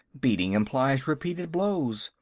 beating implies repeated blows.